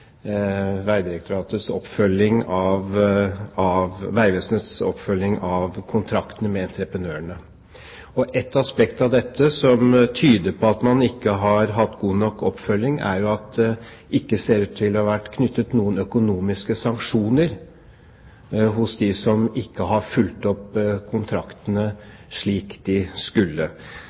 Vegvesenets oppfølging av kontraktene med entreprenørene. Ett aspekt i dette, som tyder på at man ikke har hatt god nok oppfølging, er at det ikke ser ut til å ha vært knyttet noen økonomiske sanksjoner til dem som ikke har fulgt opp kontraktene slik de skulle.